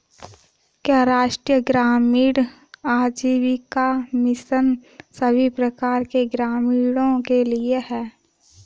क्या राष्ट्रीय ग्रामीण आजीविका मिशन सभी प्रकार के ग्रामीणों के लिए है?